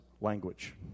language